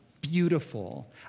Beautiful